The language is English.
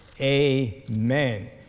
Amen